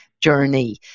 journey